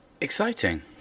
Exciting